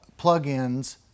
plugins